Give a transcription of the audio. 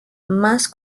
más